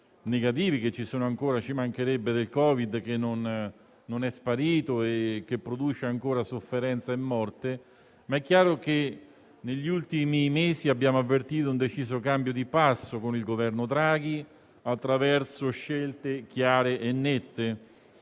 del Covid, che ci sono ancora - ci mancherebbe - perché il virus non è sparito e produce ancora sofferenza e morte. È chiaro, però, che negli ultimi mesi abbiamo avvertito un deciso cambio di passo con il Governo Draghi, attraverso scelte chiare e nette,